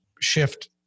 shift